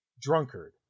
Drunkard